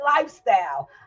lifestyle